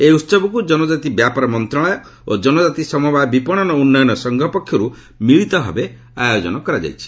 ଏହି ଉତ୍ସବକୁ ଜନଜାତି ବ୍ୟାପାର ମନ୍ତ୍ରଣାଳୟ ଓ ଜନକାତି ସମବାୟ ବିପଣନ ଉନ୍ନୟନ ସଂଘ ପକ୍ଷରୁ ମିଳିତ ଭାବେ ଆୟୋଜନ କରାଯାଇଛି